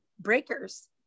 breakers